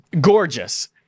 gorgeous